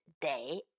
day